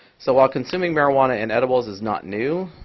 so while consuming marijuana in edibles is not new,